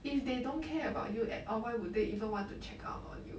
if they don't care about you at all why would they even want to check up on you